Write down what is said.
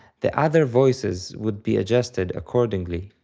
the other voices would be adjusted accordingly.